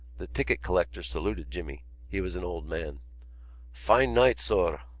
the ticket-collector saluted jimmy he was an old man fine night, sir!